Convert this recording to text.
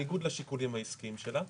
בניגוד לשיקולים העסקיים שלה,